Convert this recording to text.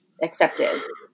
accepted